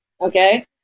Okay